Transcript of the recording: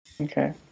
Okay